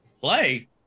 Play